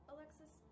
Alexis